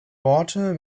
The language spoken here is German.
worte